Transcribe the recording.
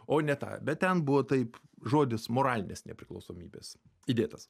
o ne tą bet ten buvo taip žodis moralinės nepriklausomybės įdėtas